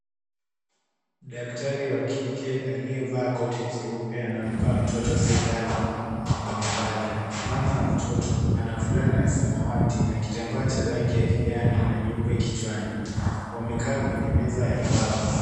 Daktari wa kike aliyevaa koti jeupe anampa mtoto sindano kwenya paja, mama wa mtoto ana fulana ya samawati na kitambaa cha rangi ya kijani na nyeupe kichwani, wamekaa kwenye meza ya mbao.